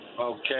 Okay